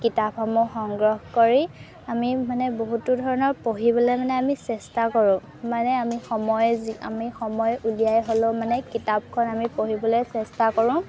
কিতাপসমূহ সংগ্ৰহ কৰি আমি মানে বহুতো ধৰণৰ পঢ়িবলে মানে আমি চেষ্টা কৰোঁ মানে আমি সময় আমি সময় উলিয়াই হ'লেও মানে কিতাপখন আমি পঢ়িবলৈ চেষ্টা কৰোঁ